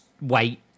wait